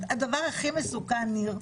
הדבר הכי מסוכן, ניר,